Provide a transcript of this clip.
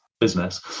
business